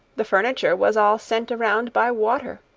the furniture was all sent around by water.